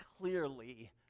clearly